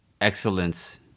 Excellence